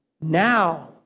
Now